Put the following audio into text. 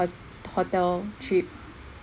ho~ hotel trip